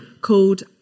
called